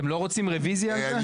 אתם לא רוצים רביזיה על זה?